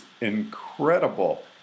incredible